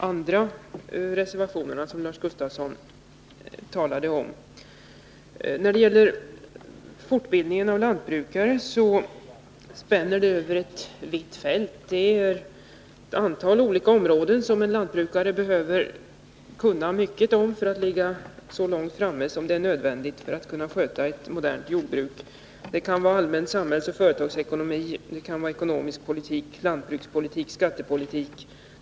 Herr talman! Jag vill beröra de övriga reservationer som Lars Gustafsson talade om. Fortbildningen av lantbrukare spänner över ett vitt fält. Det kan vara allmän samhällsoch företagsekonomi, det kan vara ekonomisk politik, lantbrukspolitik, skattepolitik.